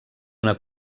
una